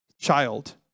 child